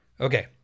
Okay